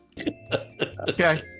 Okay